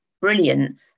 brilliant